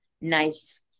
nice